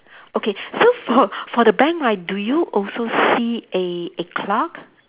okay so for for the bank right do you also see a a clock